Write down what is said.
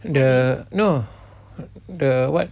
the no the what